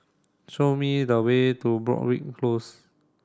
show me the way to Broadrick Close